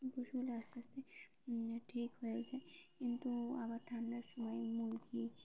পশুরা আস্তে আস্তে ঠিক হয়ে যায় কিন্তু আবার ঠান্ডার সময় মুরগি